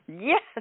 Yes